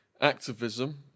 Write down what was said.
activism